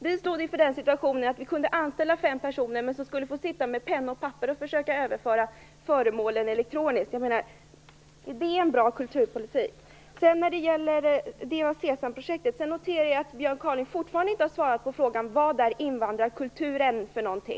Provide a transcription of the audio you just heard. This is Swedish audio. Vi stod inför den situationen att vi kunde anställa fem personer, men de skulle få sitta med penna och papper och försöka överföra föremålen elektroniskt. Är det en bra kulturpolitik? Det var Sedan noterade jag att Björn Kaaling fortfarande inte har svarat på frågan: Vad är "invandrarkulturen"?